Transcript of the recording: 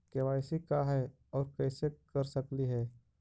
KYC का है, और कैसे कर सकली हे?